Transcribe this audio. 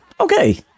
Okay